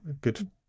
good